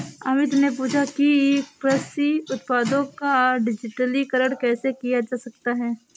अमित ने पूछा कि कृषि उत्पादों का डिजिटलीकरण कैसे किया जा सकता है?